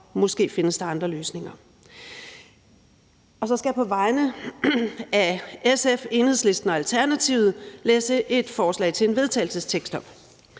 Måske findes der andre løsninger. Så skal jeg på vegne af SF, Enhedslisten og Alternativet fremsætte følgende: Forslag til vedtagelse